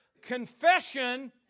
confession